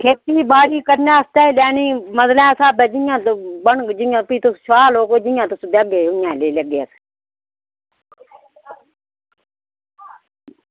खेती बाड़ी करने आस्तै लैैनी मतलब जियां बनग भी तुस शाह् लोग ओ जियां तुस देगे लेई लैगे अस